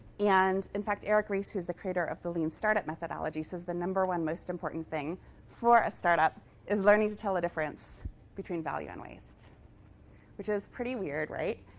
and, in fact, eric ries, who's the creator of the lean startup methodology, says the number one most important thing for a startup is learning to tell the difference between value and waste which is pretty weird, right?